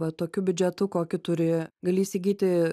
va tokiu biudžetu kokį turi gali įsigyti